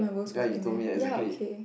ya you told me exactly